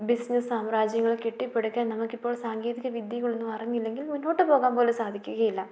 business സാമ്രാജ്യങ്ങൾ കെട്ടിപ്പടുക്കാൻ നമുക്കിപ്പോൾ സാങ്കേതിക വിദ്യകളൊന്നും അറിഞ്ഞില്ലെങ്കിൽ മുൻപോട്ട് പോകാൻ പോലും സാധിക്കുകയില്ല